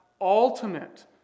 ultimate